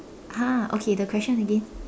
!huh! okay the question again